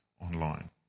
online